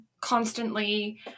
constantly